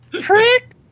prick